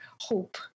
hope